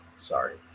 sorry